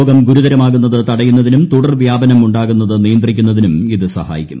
രോഗം ഗുരുതരമാകുന്നത് തടയുന്നതിനും തുടർവ്യാപനം ഉണ്ടാകുന്നത് നിയന്ത്രിക്കുന്നതിനും ഇത് സഹായിക്കും